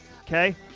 Okay